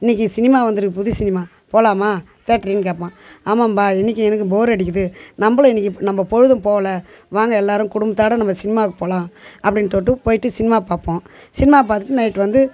இன்றைக்கி சினிமா வந்துருக்குது புது சினிமா போகலாமா கேட்குறியேன்னு கேட்பான் ஆமாம்ப்பா இன்றைக்கி எனக்கு போர் அடிக்கிது நம்மளும் இன்றைக்கி நம்ம பொழுதும் போகல வாங்க எல்லாரும் குடும்பத்தோடய நம்ம சினிமாவுக்கு போகலாம் அப்படின்னுதொட்டு போயிட்டு சினிமா பார்ப்போம் சினிமா பார்த்துட்டு நைட் வந்து